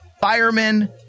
firemen